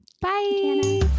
Bye